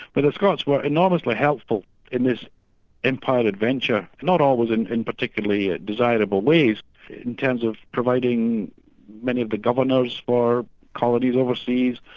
but the scots were enormously helpful in empire adventure, not always in in particularly desirable ways in terms of providing many of the governors for colonies overseas,